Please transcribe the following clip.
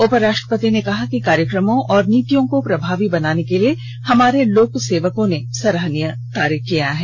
उप राष्ट्ररपति ने कहा कि कार्यक्रमों और नीतियों को प्रभावी बनाने के लिए हमारे लोक सेवकों ने सराहनीय कार्य किया है